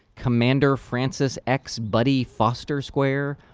commander francis x. buddy foster square,